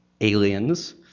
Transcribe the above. aliens